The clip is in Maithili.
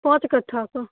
पाँच कट्ठा कऽ